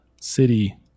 city